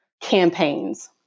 campaigns